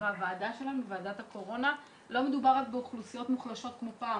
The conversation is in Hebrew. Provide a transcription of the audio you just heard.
רק באוכלוסיות מוחלשות כמו פעם.